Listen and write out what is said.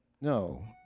No